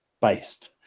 based